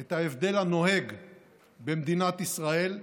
את ההבדל הנוהג במדינת ישראל,